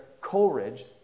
Coleridge